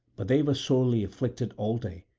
but they were sorely afflicted all day,